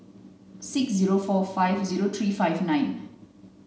six zero four five zero three five nine